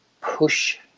push